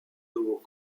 nouveau